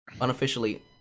Unofficially